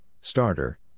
starter